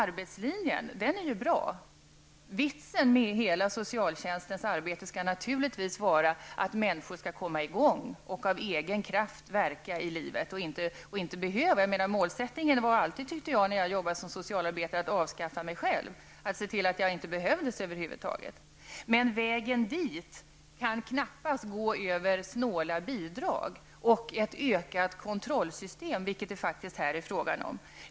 Vitsen med hela socialtjänstens arbete skall naturligtvis vara att människor skall komma i gång och av egen kraft verka i livet. När jag jobbade som socialarbetare tyckte jag alltid att min målsättning var att avskaffa mig själv, att se till att jag över huvud taget inte behövdes. Men vägen dit kan knappast gå över snåla bidrag och ett ökat kontrollsystem, vilket detta faktiskt är fråga om.